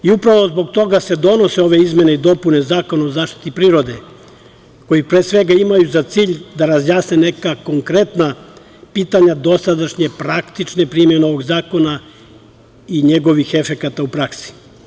Upravo zbog toga se donose ove izmene i dopune Zakona o zaštiti prirode, koji pre svega imaju za cilj da razjasne neka konkretna pitanja dosadašnje praktične primene ovog zakona i njegovih efekata u praksi.